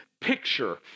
picture